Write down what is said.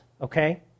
okay